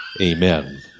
amen